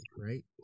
right